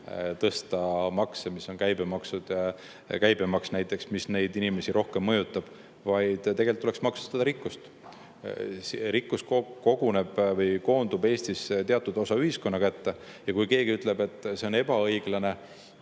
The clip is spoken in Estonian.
tõsta makse, käibemaksu näiteks, mis neid inimesi rohkem mõjutab, vaid tegelikult tuleks maksustada rikkust. Rikkus koguneb või koondub Eestis teatud osa ühiskonna kätte. Ja kui keegi ütleb, et see on ebaõiglane,